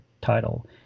title